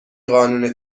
قانون